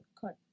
cut